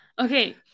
Okay